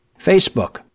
Facebook